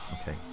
Okay